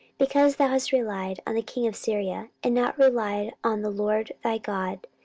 because thou hast relied on the king of syria, and not relied on the lord thy god,